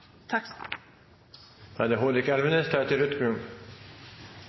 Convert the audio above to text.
Da er det